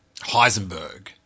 Heisenberg